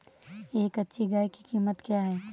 एक अच्छी गाय की कीमत क्या है?